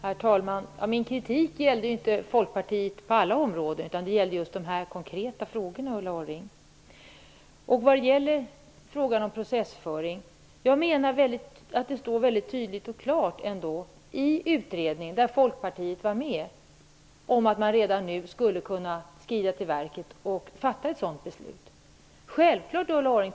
Herr talman! Min kritik mot Folkpartiet gällde inte alla områden. Den gällde just dessa konkreta frågor, Ulla Orring. Jag tog upp frågan om processföring. Folkpartiet var med i utredningen. Jag menar att det där tydligt och klart står att man redan nu skulle kunna skrida till verket och fatta ett sådant beslut. Ulla Orring!